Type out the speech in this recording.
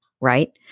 right